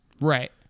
Right